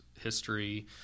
history